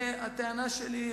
והטענה שלי,